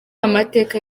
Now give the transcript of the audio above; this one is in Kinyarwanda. amateka